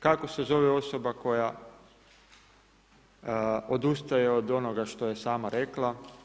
Kako se zove osoba koja odustaje od onoga što je sama rekla?